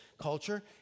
culture